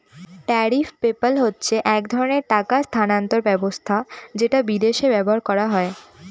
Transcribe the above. tariff PayPal হচ্ছে এক ধরনের টাকা স্থানান্তর ব্যবস্থা যেটা বিদেশে ব্যবহার করা হয়